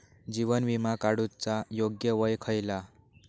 जीवन विमा काडूचा योग्य वय खयला?